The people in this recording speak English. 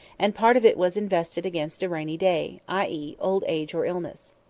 and part of it was invested against a rainy day i e. old age or illness.